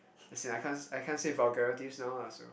as in I can't I can't say vulgarities now lah so